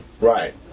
Right